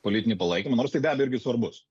politinį palaikymą nors tai be abejo irgi svarbus